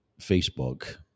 Facebook